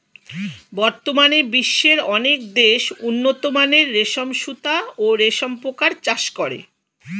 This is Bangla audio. বর্তমানে বিশ্বের অনেক দেশ উন্নতমানের রেশম সুতা ও রেশম পোকার চাষ করে